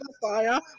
fire